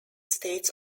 states